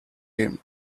him